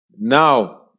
Now